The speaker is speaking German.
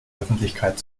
öffentlichkeit